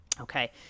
Okay